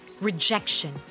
rejection